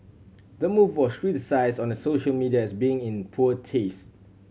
the move was criticised on the social media as being in poor taste